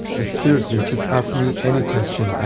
like seriously just ask me any question,